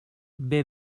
bbva